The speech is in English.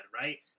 right